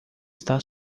está